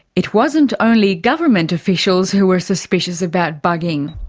it wasn't only government officials who were suspicious about bugging.